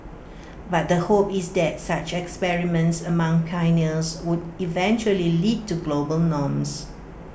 but the hope is that such experiments among pioneers would eventually lead to global norms